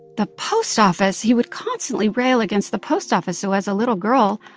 the post office? he would constantly rail against the post office, so as a little girl,